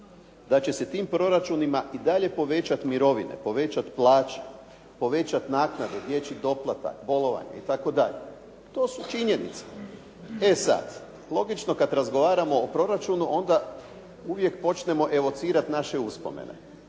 da će se tim proračunima i dalje povećati mirovine, povećati plaće, povećati naknade, dječji doplatak, bolovanje i tako dalje. To su činjenice. E sad, logično kad razgovaramo o proračunu onda uvijek počnemo evocirat naše uspomene,